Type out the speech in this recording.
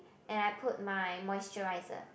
and I put my moisturiser